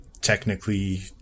technically